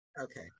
Okay